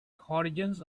horizons